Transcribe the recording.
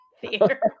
theater